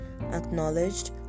acknowledged